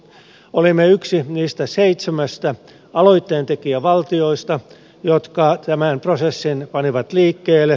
olimme yksi niistä seitsemästä aloitteentekijävaltiosta jotka tämän prosessin panivat liikkeelle